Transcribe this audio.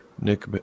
Nick